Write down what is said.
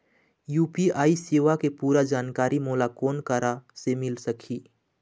UPI सेवा के पूरा जानकारी मोला कोन करा से मिल सकही?